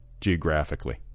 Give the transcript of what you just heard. Geographically